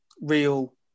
real